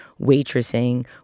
waitressing